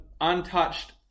untouched